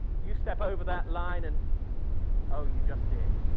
you step over that line and oh you just did.